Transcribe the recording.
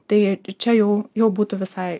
tai čia jau jau būtų visai